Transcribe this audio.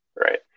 Right